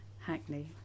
Hackney